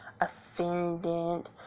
offended